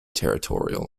territorial